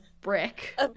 brick